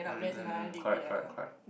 mm correct correct correct